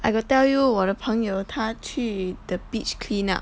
I got tell you 我的朋友他去 the beach clean up